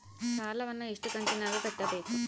ಸಾಲವನ್ನ ಎಷ್ಟು ಕಂತಿನಾಗ ಕಟ್ಟಬೇಕು?